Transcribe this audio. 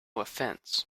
offense